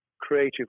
creative